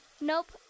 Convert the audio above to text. Nope